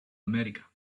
america